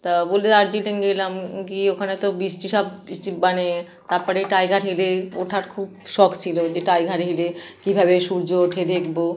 তা বলে দার্জিলিং গেলাম গিয়ে ওখানে তো বৃষ্টি সব বৃষ্টি মানে তাপরে টাইগার হিলে ওঠার খুব শখ ছিলো যে টাইগার হিলে কীভাবে সূর্য ওঠে দেখবো